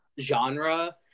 genre